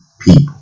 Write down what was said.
people